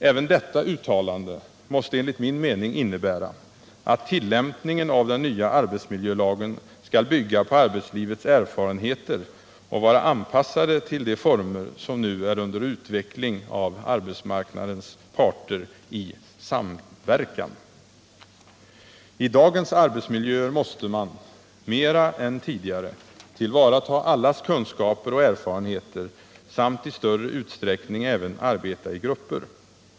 Även detta uttalande måste enligt min mening innebära, att tillämpningen av den nya arbetsmiljölagen skall bygga på arbetslivets erfarenheter och vara anpassad till de former som nu utvecklas av arbetsmarknadens parter i samverkan. I dagens arbetsmiljöer måste man — mera än tidigare — tillvarata allas kunskaper och erfarenheter samt i större utsträckning även arbeta i grupper.